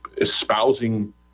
espousing